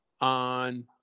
on